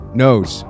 knows